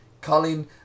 Colin